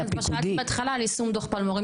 אז כן, שאלת בהתחלה על יישום דו"ח פלמו"ר.